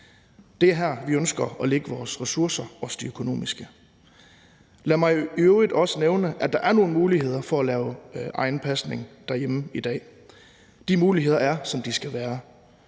det er her, vi ønsker at lægge vores ressourcer, også de økonomiske. Lad mig i øvrigt også nævne, at der er nogle muligheder for at lave egen pasning derhjemme i dag. De muligheder er, som de skal være.